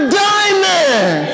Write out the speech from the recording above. diamond